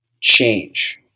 change